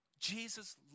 Jesus